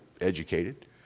educated